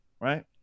right